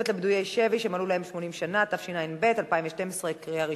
אין מתנגדים, אין נמנעים.